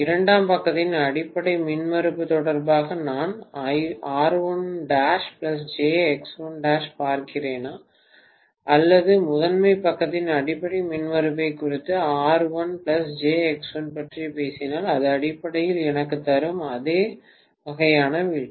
இரண்டாம் பக்கத்தின் அடிப்படை மின்மறுப்பு தொடர்பாக நான் பார்க்கிறேனா அல்லது முதன்மை பக்கத்தின் அடிப்படை மின்மறுப்பைக் குறித்து பற்றிப் பேசினால் அது அடிப்படையில் எனக்குத் தரும் அதே வகையான வீழ்ச்சி